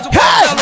hey